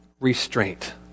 Restraint